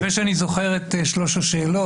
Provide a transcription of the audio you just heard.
אני מקווה שאני זוכר את שלוש השאלות,